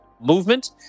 movement